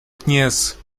conhece